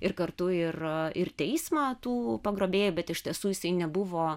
ir kartu ir ir teismą tų pagrobėjų bet iš tiesų jisai nebuvo